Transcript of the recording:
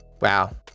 Wow